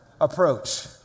approach